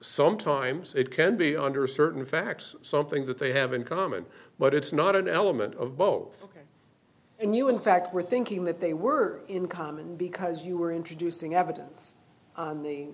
sometimes it can be under certain facts something that they have in common but it's not an element of both and you in fact were thinking that they were incoming because you were introducing evidence o